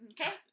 Okay